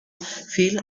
viel